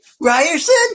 Ryerson